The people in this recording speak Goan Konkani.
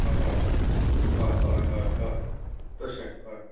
ह हय हय हय हय तशें हय